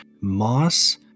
Moss